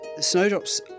Snowdrops